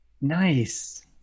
Nice